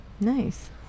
nice